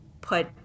put